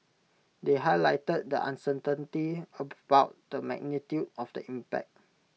they highlighted the uncertainty about the magnitude of the impact